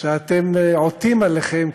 שאתם עוטים עליכם,